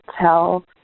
tell